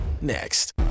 next